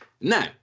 Now